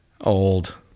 Old